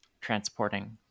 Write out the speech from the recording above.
transporting